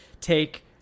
take